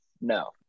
No